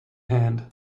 hand